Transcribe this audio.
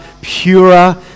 purer